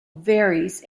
varies